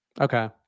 Okay